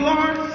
Lord